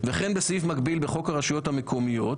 וכן בסעיף המקביל בחוק הרשויות המקומיות,